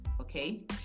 Okay